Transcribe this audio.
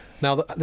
Now